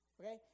okay